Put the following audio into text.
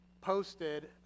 posted